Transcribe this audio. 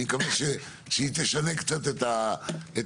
אני מקווה שהיא תשנה קצת את זה.